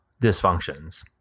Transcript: dysfunctions